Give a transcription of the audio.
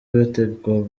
bategekwa